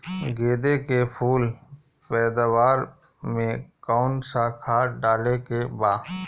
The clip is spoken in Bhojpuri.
गेदे के फूल पैदवार मे काउन् सा खाद डाले के बा?